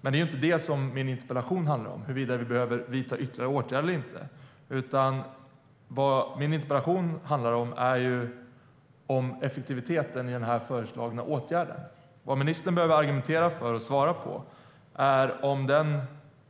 Men min interpellation handlar inte om huruvida vi behöver vidta ytterligare åtgärder eller inte, utan den handlar om effektiviteten i den föreslagna åtgärden. Vad ministern behöver argumentera om och svara på är om den